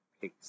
peace